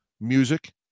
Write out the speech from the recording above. music